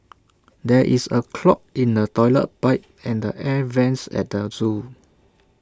there is A clog in the Toilet Pipe and the air Vents at the Zoo